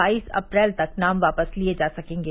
बाईस अप्रैल तक नाम वापिस लिए जा सकेंगे